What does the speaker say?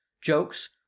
jokes